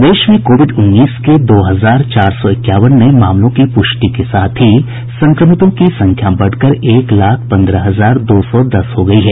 प्रदेश में कोविड उन्नीस के दो हजार चार सौ इक्यावन नये मामलों की प्रष्टि के साथ ही संक्रमितों की संख्या बढ़कर एक लाख पन्द्रह हजार दो सौ दस हो गयी है